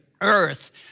earth